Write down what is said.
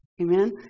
Amen